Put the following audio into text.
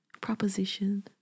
proposition